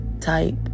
type